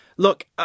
Look